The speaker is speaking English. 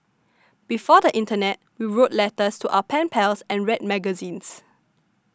before the internet we wrote letters to our pen pals and read magazines